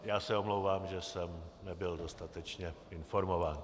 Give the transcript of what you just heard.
Já se omlouvám, že jsem nebyl dostatečně informován.